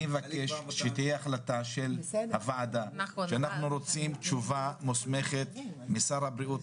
אני מבקש שתהיה החלטה של הוועדה שאנחנו רוצים תשובה מוסמכת משר הבריאות,